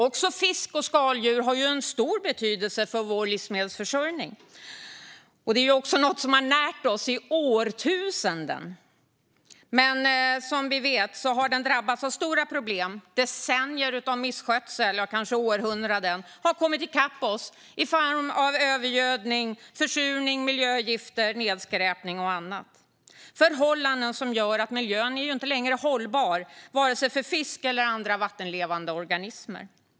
Också fisk och skaldjur har stor betydelse för vår livsmedelsförsörjning och är något som närt oss i årtusenden. Men som vi vet har fisken drabbats av stora problem. Decennier av misskötsel, kanske århundraden, har kommit i kapp oss i form av övergödning, försurning, miljögifter, nedskräpning och annat. Dessa förhållanden gör att miljön inte längre är hållbar för vare sig fisk eller andra vattenlevande organismer.